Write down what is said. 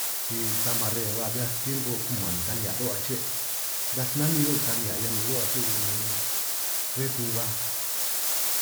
Si ta mare hua ri'hiaj tiempo o' kuman ni ta nihia' ro' aché taj si nanin ro' si ta nihia' hia nin' ro' aché sani bé ta huin baj.